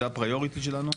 זה הפריוריטי שלנו?